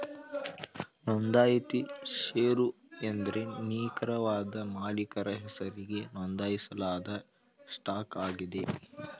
ನೊಂದಾಯಿತ ಶೇರು ಎಂದ್ರೆ ನಿಖರವಾದ ಮಾಲೀಕರ ಹೆಸರಿಗೆ ನೊಂದಾಯಿಸಲಾದ ಸ್ಟಾಕ್ ಆಗಿದೆ